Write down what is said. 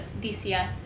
DCS